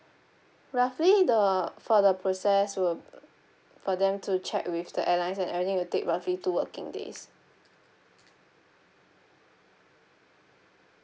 roughly the for the process will for them to check with the airlines and everything will take roughly two working days